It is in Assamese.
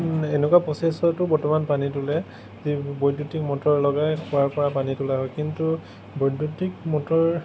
এনেকুৱা প্ৰচেচতো বৰ্তমান পানী তোলে যিবোৰ বৈদ্যুতিক মটৰ লগাই কুঁৱাৰ পৰা পানী তোলা হয় কিন্তু বৈদ্যুতিক মটৰ